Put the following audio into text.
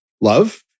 love